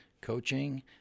coaching